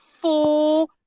four